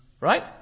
Right